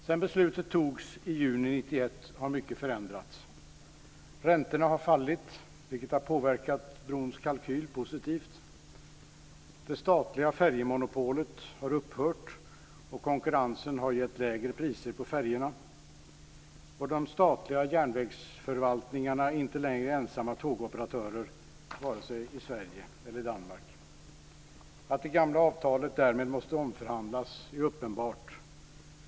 Sedan beslutet fattades i juni 1991 har mycket ändrats. Räntorna har fallit, vilket har påverkat brons kalkyl positivt. Det statliga färjemonopolet har upphört, och konkurrensen har gett lägre priser på färjorna. De statliga järnvägsförvaltningarna är inte längre ensamma som tågoperatörer vare sig i Sverige eller Danmark. Att det gamla avtalet därmed måste omförhandlas är uppenbart.